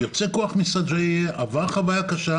יוצא כוח מסג'עייה, עבר חוויה קשה